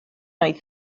oedd